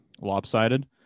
lopsided